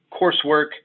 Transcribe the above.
coursework